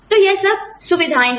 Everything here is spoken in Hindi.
तो यह सब सुविधाएँ हैं